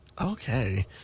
Okay